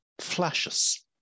flashes